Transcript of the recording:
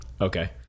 Okay